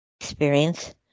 experience